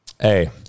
hey